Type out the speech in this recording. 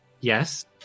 yes